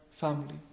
family